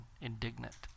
indignant